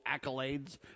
accolades